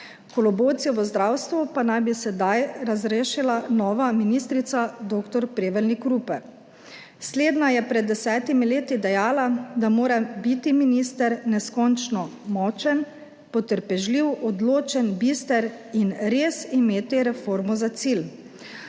Kolobocijo v zdravstvu pa naj bi sedaj razrešila nova ministrica dr. Prevolnik Rupel. Slednja je pred 10 leti dejala, da mora biti minister neskončno močen, potrpežljiv, odločen, bister in res imeti reformo za cilj.